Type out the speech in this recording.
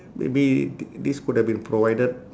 maybe th~ this could have been provided